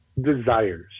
desires